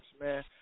man